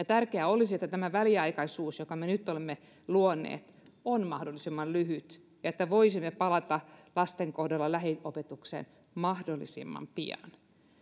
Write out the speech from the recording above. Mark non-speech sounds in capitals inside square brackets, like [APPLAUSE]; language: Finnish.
[UNINTELLIGIBLE] tärkeää olisi että tämä väliaikaisuus jota me nyt olemme luoneet on mahdollisimman lyhyt ja että voisimme palata lasten kohdalla lähiopetukseen mahdollisimman pian